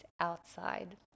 outside